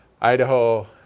Idaho